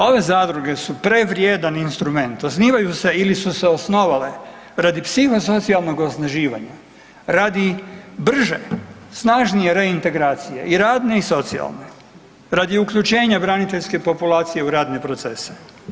Ove Zadruge su prevrijedan instrument, osnivaju se ili su se osnovale radi psiho-socijalnog osnaživanje, radi brže, snažnije reintegracije i radne i socijalne, radi uključenja braniteljske populacije u radne procese.